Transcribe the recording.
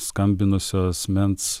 skambinusio asmens